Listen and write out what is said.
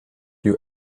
you